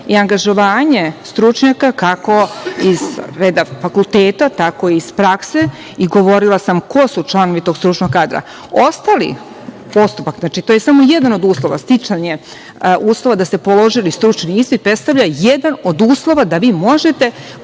i angažovanje stručnjaka kako iz reda fakulteta, tako i iz prakse i govorila sam ko su članovi tog stručnog kadra. Ostali postupak, znači, to je samo jedan od uslova, sticanje uslova da ste položili stručni ispit predstavlja jedan od uslova da vi možete